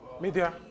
Media